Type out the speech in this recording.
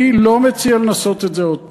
אני לא מציע לנסות את זה עוד פעם.